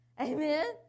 Amen